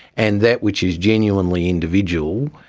and that which is genuinely individual.